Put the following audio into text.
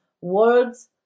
words